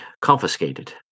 confiscated